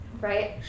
Right